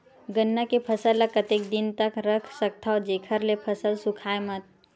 गन्ना के फसल ल कतेक दिन तक रख सकथव जेखर से फसल सूखाय मत?